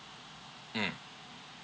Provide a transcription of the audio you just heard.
mm